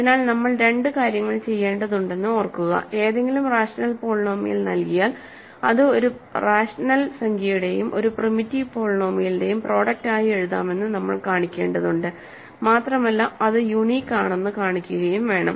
അതിനാൽനമ്മൾ രണ്ട് കാര്യങ്ങൾ ചെയ്യേണ്ടതുണ്ടെന്ന് ഓർക്കുക ഏതെങ്കിലും റാഷണൽ പോളിനോമിയൽ നൽകിയാൽ അത് ഒരു റാഷണൽ സംഖ്യയുടെയും ഒരു പ്രിമിറ്റീവ് പോളിനോമിയലിന്റെയും പ്രോഡക്ട് ആയി എഴുതാമെന്നു നമ്മൾ കാണിക്കേണ്ടതുണ്ട് മാത്രമല്ല അത് യൂണീക്ക് ആണെന്ന് കാണിക്കുകയും വേണം